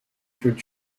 through